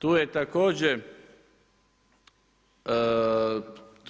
Tu